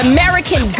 American